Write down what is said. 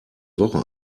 woche